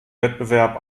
wettbewerb